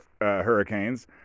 hurricanes